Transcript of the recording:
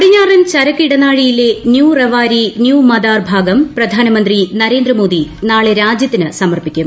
പടിഞ്ഞാറൻ ചരക്ക് ഇടനാഴിയിലെ new Rewari new Madar ഭാഗം പ്രധാനമന്ത്രി നരേന്ദ്രമോദി നാളെ രാജ്യത്തിന് സമർപ്പിക്കും